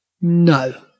No